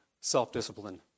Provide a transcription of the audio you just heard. self-discipline